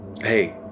Hey